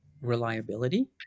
reliability